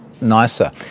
nicer